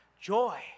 joy